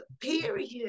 Period